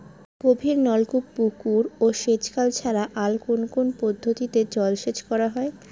গভীরনলকূপ পুকুর ও সেচখাল ছাড়া আর কোন কোন পদ্ধতিতে জলসেচ করা যায়?